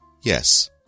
Yes